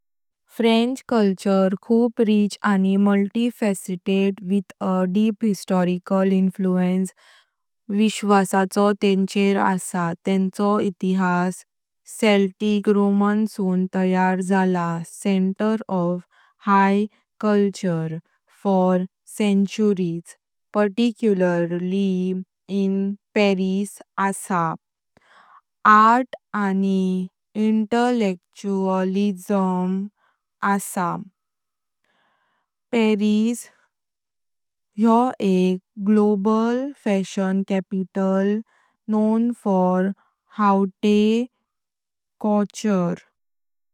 फ्रेंच संस्कृति खूप रिच आनी बहुपरूपी, with a deep historical influence विश्वाचो तेंचर असा। तेंचो इतिहास सेल्टिक, रोमन सुन तैयार जाला। Centre of 'high culture' for centuries, particularly in Paris असा। कला आनी बौद्धिकतांव असा। Paris is a global fashion capital, known for 'haute couture'.